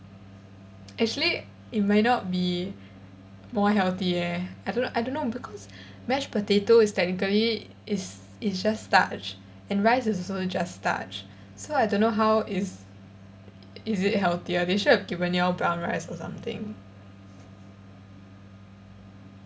actually it may not be more healthy eh I don't know I don't know because mashed potato is technically is is just starch and rice is also just starch so I don't know how is is it healthier they should've given you brown rice or something